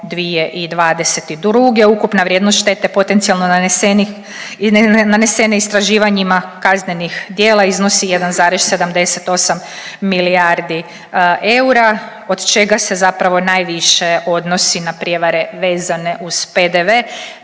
2022., ukupna vrijednost štete potencijalno nanesenih, nanesene istraživanjima kaznenim djela iznosi 1,78 milijardi eura od čega se zapravo najviše odnosi na prijevare vezane uz PDV.